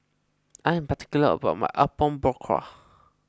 I am particular about my Apom Berkuah